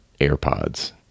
AirPods